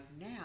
now